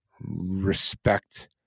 respect